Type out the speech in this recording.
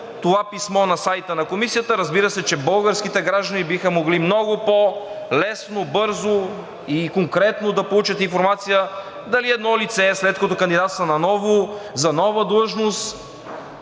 обявено на сайта на Комисията, разбира се, че българските граждани биха могли много по-лесно, бързо и конкретно да получат информация дали едно лице, след като кандидатства наново за нова длъжност,